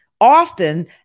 often